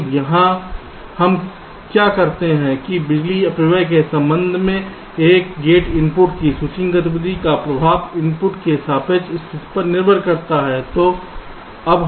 तो यहाँ हम क्या कहते हैं कि बिजली अपव्यय के संबंध में एक गेट इनपुट की स्विचिंग गतिविधि का प्रभाव इनपुट की सापेक्ष स्थिति पर निर्भर करता है